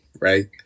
right